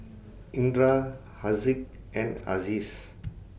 Indra Haziq and Aziz